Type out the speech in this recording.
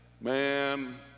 man